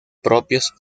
propios